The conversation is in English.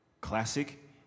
Classic